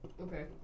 Okay